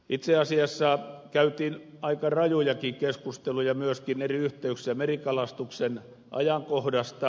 itse asiassa käytiin aika rajujakin keskusteluja myöskin eri yhteyksissä merikalastuksen ajankohdasta